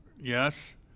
yes